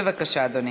בבקשה, אדוני.